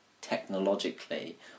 technologically